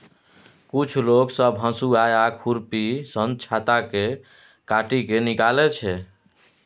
कुछ लोग सब हसुआ आ खुरपी सँ छत्ता केँ काटि केँ निकालै छै